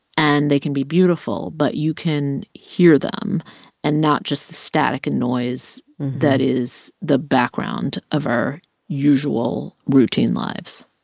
and they can be beautiful. but you can hear them and not just the static and noise that is the background of our usual routine lives